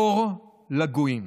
אור לגויים.